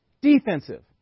Defensive